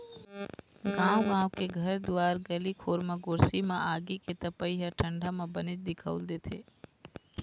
गाँव गाँव के घर दुवार गली खोर म गोरसी म आगी के तपई ह ठंडा म बनेच दिखउल देथे